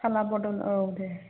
फाला बदल औ दे